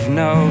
no